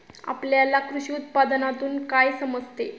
आपल्याला कृषी उत्पादनातून काय समजते?